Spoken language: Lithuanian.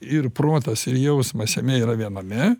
ir protas ir jausmas jame yra viename